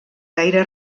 gaire